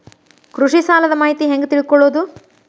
ಕೃಷಿ ಸಾಲದ ಮಾಹಿತಿ ಹೆಂಗ್ ತಿಳ್ಕೊಳ್ಳೋದು?